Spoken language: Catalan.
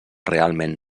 realment